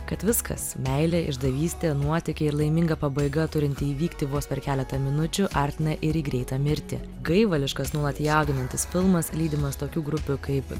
kad viskas meilė išdavystė nuotykiai ir laiminga pabaiga turinti įvykti vos per keletą minučių artina ir į greitą mirtį gaivališkas nuolat jaudinantis filmas lydimas tokių grupių kaip